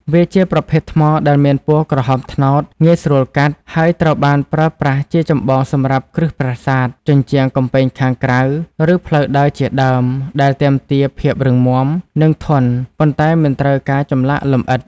វាជាប្រភេទថ្មដែលមានពណ៌ក្រហមត្នោត ងាយស្រួលកាត់ ហើយត្រូវបានប្រើប្រាស់ជាចម្បងសម្រាប់ គ្រឹះប្រាសាទ ជញ្ជាំងកំពែងខាងក្រៅ ឬផ្លូវដើរ ជាដើម ដែលទាមទារភាពរឹងមាំ និងធន់ ប៉ុន្តែមិនត្រូវការចម្លាក់លម្អិត។